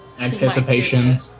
anticipation